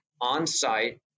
on-site